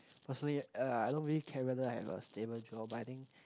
personally uh I don't really care whether I have a stable job but I think